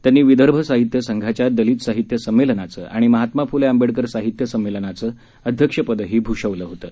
त्यांनी विदर्भ साहित्य संघाच्या दलित साहित्य संमेलनाचं आणि महात्मा फुले आंबेडकर साहित्य संमेलनाचं अध्यक्षपद भूषवलं होतं